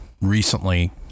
recently